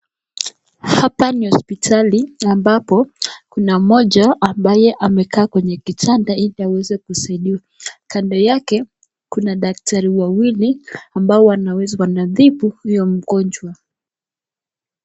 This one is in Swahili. Hapa ni hospitali ambapo kuna moja ambaye amekaa kwenye kitanda ili aweze kusaidika, kando yake kuna daktari wawili ambao wanatibu huyo mgonjwa.